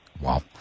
Wow